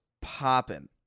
popping